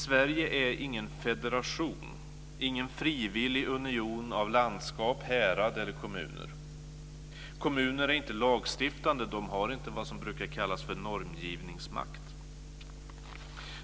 Sverige är ingen federation, ingen frivillig union av landskap, härad eller kommuner. Kommuner är inte lagstiftande. De har inte vad som brukar kallas normgivningsmakt.